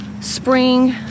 spring